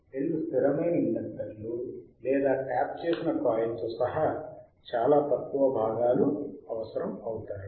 రెండు స్థిరమైన ఇండక్తర్లు లేదా ట్యాప్ చేసిన కాయిల్తో సహా చాలా తక్కువ భాగాలు అవసరం అవుతాయి